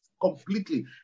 completely